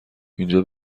اینجا